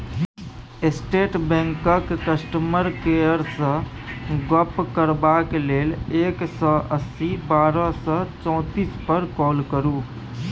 state बैंकक customer केयरसँ गप्प करबाक लेल एक सय अस्सी बारह सय चौतीस पर काँल करु